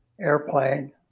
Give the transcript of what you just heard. airplane